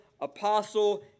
apostle